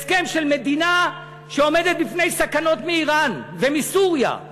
הסכם של מדינה שעומדת בפני סכנות מאיראן ומסוריה,